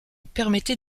permettait